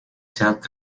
sealt